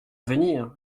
venir